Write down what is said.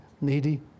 needy